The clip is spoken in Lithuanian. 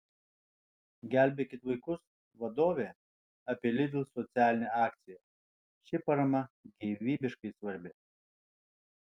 gelbėkit vaikus vadovė apie lidl socialinę akciją ši parama gyvybiškai svarbi